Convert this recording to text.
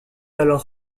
alors